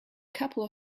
couple